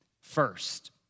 First